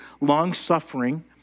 long-suffering